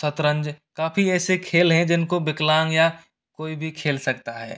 शतरंज काफ़ी ऐसे खेल हैं जिनको विकलांग या कोई भी खेल सकता है